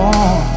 on